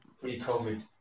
pre-COVID